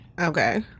Okay